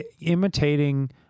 imitating